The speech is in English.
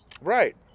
Right